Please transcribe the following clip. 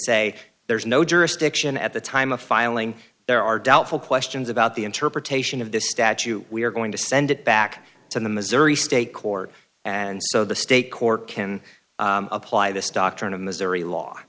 say there is no jurisdiction at the time of filing there are doubtful questions about the interpretation of this statue we are going to send it back to the missouri state court and so the state court can apply this doctrine of missouri